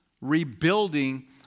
rebuilding